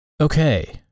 Okay